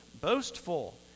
boastful